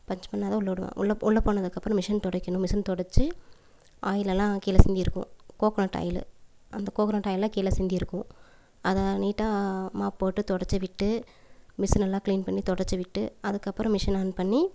punch பண்ணிணாதான் உள்ளே விடுவாங்க உள்ளே போனதுக்கப்புறம் மிஷின் துடைக்கணும் மிஷின் துடச்சி ஆயிலெலாம் கீழே சிந்தியிருக்கும் கோக்கனட் ஆயிலு அந்த கோக்கனட் ஆயிலெலாம் கீழே சிந்தியிருக்கும் அதை லைட்டாக மாப் போட்டு துடச்சி விட்டு மிசின் எல்லாம் க்ளீன் பண்ணி துடச்சி விட்டு அதுக்கப்புறம் மிஷின் ஆன் பண்ணி